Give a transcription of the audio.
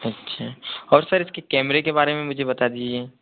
अच्छा और सर इसके कैमरे के बारे में मुझे बता दीजिए